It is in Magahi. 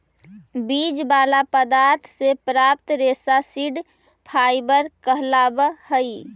बीज वाला पदार्थ से प्राप्त रेशा सीड फाइबर कहलावऽ हई